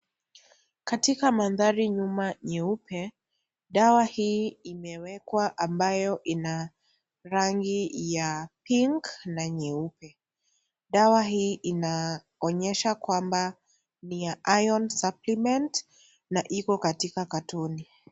Katika mandhari nyuma nyeupe, dawa hii imewekwa ambayo ina rangi ya pink na nyeupe. Dawa hii inaonyesha kwamba ni ya IRON SUPPLEMENT na iko katika katoni.